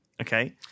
okay